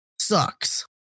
sucks